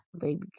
baby